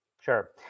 Sure